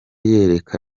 yereka